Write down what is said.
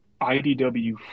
IDW